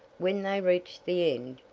when they reached the end,